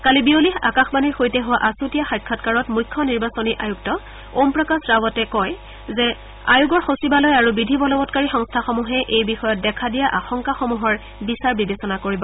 কালি বিয়লি আকাশবাণীৰ সৈতে হোৱা আছুতীয়া সাক্ষংকাৰত মুখ্য নিৰ্বাচনী আয়ুক্ত ওমপ্ৰকাশ ৰাৱটে কয় যে আয়োগৰ সচিবালয় আৰু বিধি বলবংকাৰী সংস্থাসমূহে এই বিষয়ত দেখা দিয়া আংশকাসমূহৰ বিচাৰ বিবেচনা কৰা হব